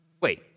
wait